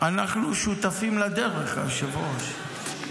אנחנו שותפים לדרך, היושב-ראש.